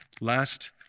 last